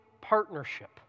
partnership